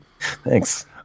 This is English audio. Thanks